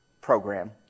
program